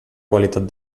qualitat